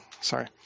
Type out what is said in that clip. sorry